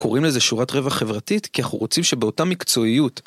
קוראים לזה שורת רווח חברתית כי אנחנו רוצים שבאותה מקצועיות